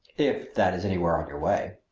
if that is anywhere on your way.